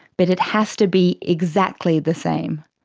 but it has to be exactly the same.